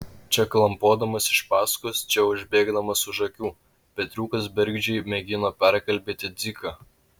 čia klampodamas iš paskos čia užbėgdamas už akių petriukas bergždžiai mėgino perkalbėti dziką